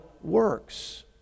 works